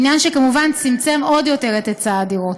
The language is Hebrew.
עניין שכמובן צמצם עוד יותר את היצע הדירות.